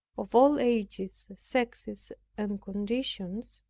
of all ages, sexes and conditions,